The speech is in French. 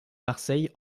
marseille